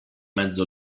mezzo